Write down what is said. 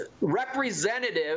representative